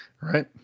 right